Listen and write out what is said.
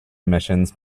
emissions